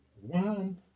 one